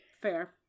Fair